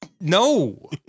no